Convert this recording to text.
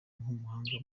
nk’umuhanga